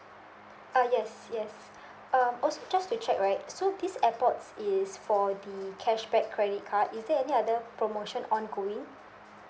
ah yes yes um also just to check right so this airpods is for the cashback credit card is there any other promotion ongoing